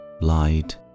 light